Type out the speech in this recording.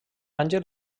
àngel